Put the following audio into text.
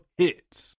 hits